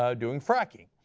um doing fracking.